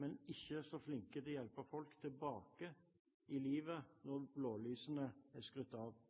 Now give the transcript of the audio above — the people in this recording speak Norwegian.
men ikke så flinke til å hjelpe folk tilbake i livet når